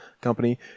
company